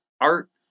Art